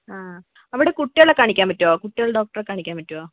ആ അവിടെ കുട്ടികളെ കാണിക്കാൻ പറ്റുമോ കുട്ടികളുടെ ഡോക്ടറെ കാണിക്കാൻ പറ്റുമോ